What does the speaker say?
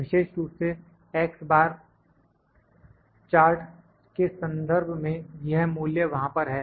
विशेष रुप से X bar chart के संदर्भ में यह मूल्य वहां पर है